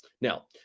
now